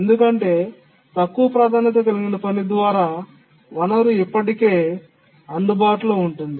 ఎందుకంటే తక్కువ ప్రాధాన్యత కలిగిన పని ద్వారా వనరు ఇప్పటికే అందుబాటులో ఉంది